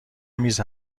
میز